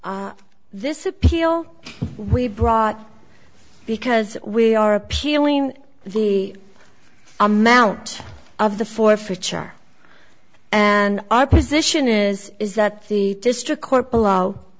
this appeal we brought because we are appealing the amount of the forfeiture and our position is is that the district court